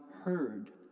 heard